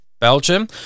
belgium